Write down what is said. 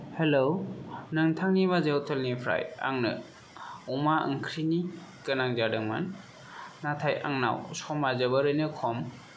hello नोंथांनि बाजै हटेलनिफ्राय आंनो अमा ओंख्रिनि गोनां जादोंमोन नाथाय आंनाव समा जोबोरैनो खम